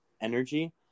energy